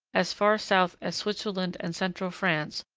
as far south as switzerland and central france,